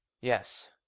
yes